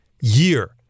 year